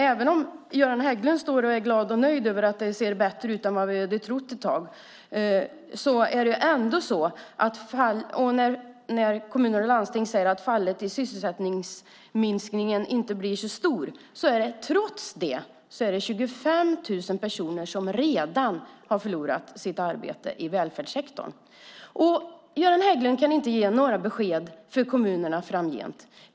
Även om Göran Hägglund är glad och nöjd över att det ser bättre ut än väntat och kommuner och landsting säger att fallet i sysselsättningen inte blir så stort kvarstår det faktum att 25 000 i välfärdssektorn redan har förlorat sitt arbete. Göran Hägglund kan inte ge några besked till kommunerna framgent.